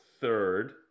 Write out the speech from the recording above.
third